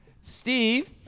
Steve